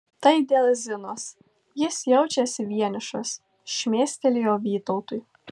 tai dėl zinos jis jaučiasi vienišas šmėstelėjo vytautui